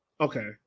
Okay